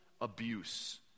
abuse